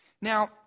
Now